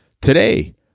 Today